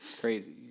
Crazy